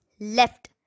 left